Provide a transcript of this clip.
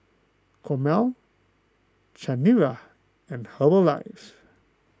Chomel Chanira and Herbalife